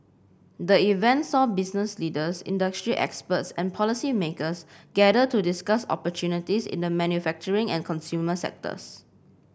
the event saw business leaders industry experts and policymakers gather to discuss opportunities in the manufacturing and consumer sectors